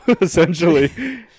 essentially